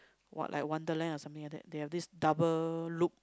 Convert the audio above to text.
what like wonder land is something like that there this double loop